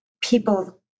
people